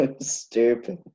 stupid